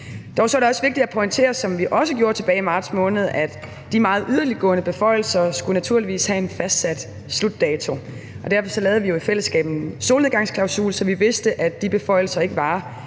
tilbage i marts måned, at de meget yderliggående beføjelser naturligvis skulle have en fastsat slutdato, og derfor lavede vi jo i fællesskab en solnedgangsklausul, så vi vidste, at de beføjelser ikke varede